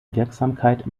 wirksamkeit